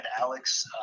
Alex